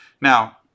Now